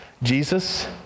Jesus